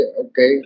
Okay